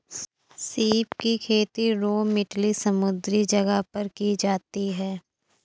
सीप की खेती रोम इटली समुंद्री जगह पर की जाती है